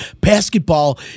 basketball